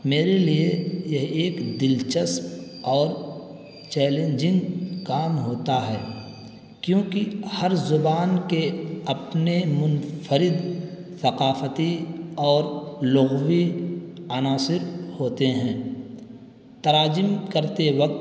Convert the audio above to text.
میرے لیے یہ ایک دلچسپ اور چیلنجنگ کام ہوتا ہے کیونکہ ہر زبان کے اپنے منفرد ثقافتی اور لغوی عناصر ہوتے ہیں تراجم کرتے وقت